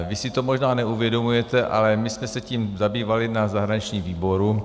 Vy si to možná neuvědomujete, ale my jsme se tím zabývali na zahraničním výboru.